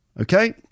Okay